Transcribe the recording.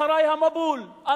אחרי המבול,